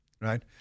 right